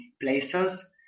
places